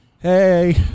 Hey